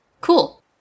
cool